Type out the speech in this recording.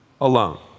alone